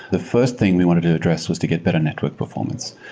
the first thing we wanted to address was to get better network performance.